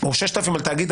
או 6,000 על תאגיד,